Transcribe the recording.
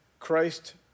Christ